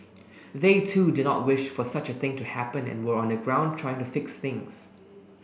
they too do not wish for such a thing to happen and were on the ground trying to fix things